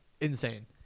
insane